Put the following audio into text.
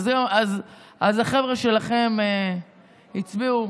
אז החבר'ה שלכם הצביעו